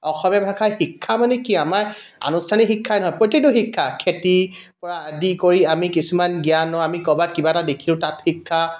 অসমীয়া ভাষাই শিক্ষা মানে কি আমাৰ আনুষ্ঠানিক শিক্ষাই নহয় প্ৰতিটো শিক্ষা খেতি পৰা আদি কৰি আমি কিছুমান জ্ঞানো আমি ক'ৰবত কিবা এটা দেখিলোঁ তাত শিক্ষা